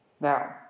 Now